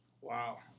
Wow